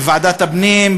בוועדת הפנים,